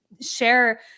share